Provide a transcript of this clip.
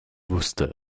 wusste